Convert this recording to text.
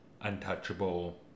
untouchable